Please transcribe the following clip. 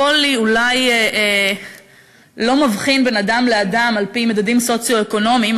החולי אולי לא מבחין בין אדם לאדם על-פי מדדים סוציו-אקונומיים,